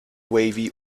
wavy